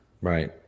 Right